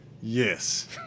Yes